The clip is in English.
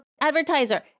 advertiser